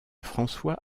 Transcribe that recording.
françois